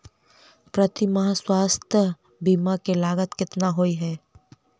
प्रति माह स्वास्थ्य बीमा केँ लागत केतना होइ है?